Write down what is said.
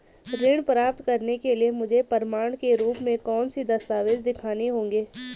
ऋण प्राप्त करने के लिए मुझे प्रमाण के रूप में कौन से दस्तावेज़ दिखाने होंगे?